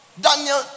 Daniel